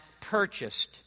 purchased